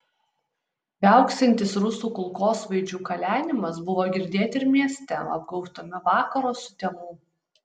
viauksintis rusų kulkosvaidžių kalenimas buvo girdėti ir mieste apgaubtame vakaro sutemų